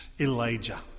Elijah